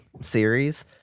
series